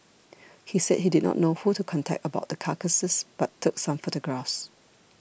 he said he did not know who to contact about the carcasses but took some photographs